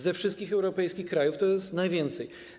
Ze wszystkich europejskich krajów to jest najwięcej.